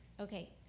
Okay